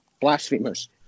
blasphemers